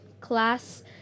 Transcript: class